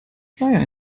flyer